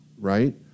right